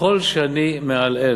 ככל שאני מעלעל